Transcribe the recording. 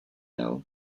know